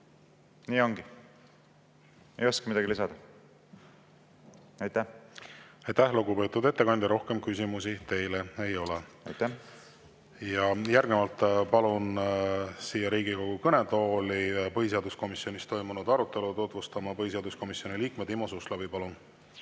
Nii ongi. Ei oska midagi lisada. Aitäh, lugupeetud ettekandja! Rohkem küsimusi teile ei ole. Aitäh! Aitäh! Järgnevalt palun siia Riigikogu kõnetooli põhiseaduskomisjonis toimunud arutelu tutvustama põhiseaduskomisjoni liikme Timo Suslovi. Palun!